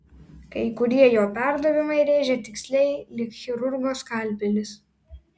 kai kurie jo perdavimai rėžė tiksliai lyg chirurgo skalpelis